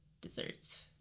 Desserts